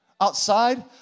Outside